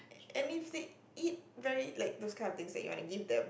and if they eat very like those kind of things that you want to give them